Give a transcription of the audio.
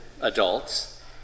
adults